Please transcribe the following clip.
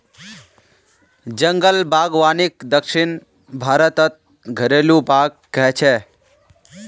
जंगल बागवानीक दक्षिण भारतत घरेलु बाग़ कह छे